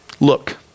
look